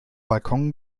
balkon